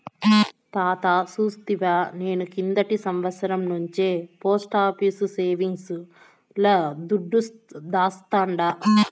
తాతా సూస్తివా, నేను కిందటి సంవత్సరం నుంచే పోస్టాఫీసు సేవింగ్స్ ల దుడ్డు దాస్తాండా